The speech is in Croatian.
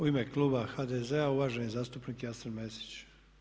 U ime kluba HDZ-a uvaženi zastupnik Jasen Mesić.